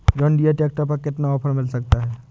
John Deere tractor पर कितना offer मिल सकता है?